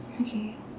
okay